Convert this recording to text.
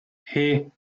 hey